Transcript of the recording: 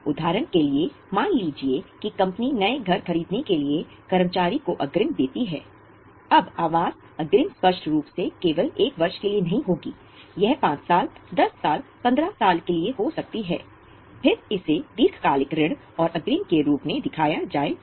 उदाहरण के लिए मान लीजिए कि कंपनी नए घर खरीदने के लिए कर्मचारी को अग्रिम देती है अब आवास अग्रिम स्पष्ट रूप से केवल एक वर्ष के लिए नहीं होगी यह 5 साल दस साल 15 साल के लिए हो सकती है फिर इसे दीर्घकालिक ऋण और अग्रिम के रूप में दिखाया जाएगा